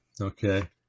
Okay